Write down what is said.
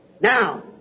Now